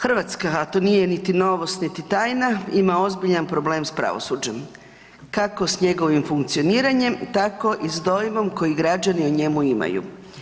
Hrvatska, a to nije niti novost niti tajna ima ozbiljan problem s pravosuđem, kako s njegovim funkcioniranjem tako i s dojmom koji građani o njemu imaju.